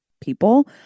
people